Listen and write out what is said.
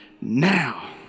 now